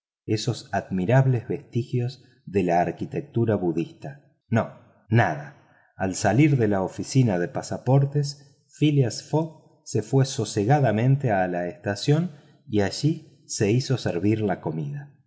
esos admirables vestigios de la arquitectura budista no nada al salir de la oficina de pasaportes phileas fogg se fue sosegadamente a la estación y allí se hizo servir la comida